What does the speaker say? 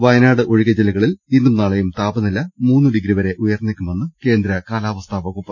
വയനാട് ഒഴികെ ജില്ലകളിൽ ഇന്നും നാളെയും താപനില മൂന്ന് ഡിഗ്രി വരെ ഉയർന്നേക്കുമെന്ന് കേന്ദ്ര കാലാവസ്ഥാ വകുപ്പ്